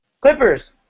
Clippers